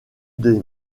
des